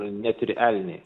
net ir elniai